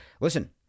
listen